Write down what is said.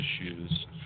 issues